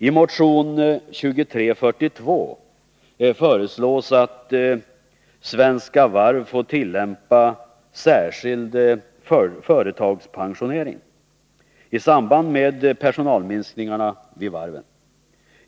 I motion 2342 föreslås att Svenska Varv får tillämpa ”särskild företagspensionering” i samband med personalminskningarna vid varven.